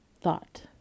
thought